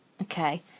Okay